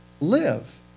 live